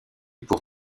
pour